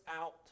out